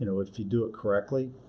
you know if you do it correctly,